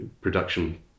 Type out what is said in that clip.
production